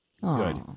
Good